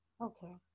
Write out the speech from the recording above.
Okay